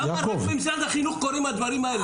למה רק במשרד החינוך קורים הדברים האלה?